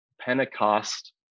Pentecost